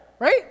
Right